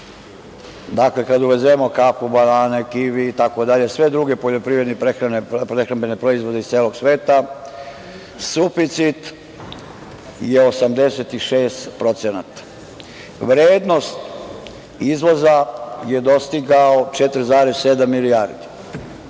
186%.Dakle, kada uvezemo kafu, banane, kivi itd. i sve druge poljoprivredne i prehrambene proizvode iz celog sveta suficit je 86%. Vrednost izvoza je dostigao 4,7